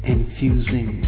Infusing